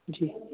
जी